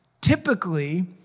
typically